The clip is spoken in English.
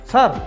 Sir